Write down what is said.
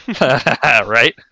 Right